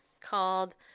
called